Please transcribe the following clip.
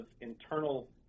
internal